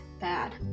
bad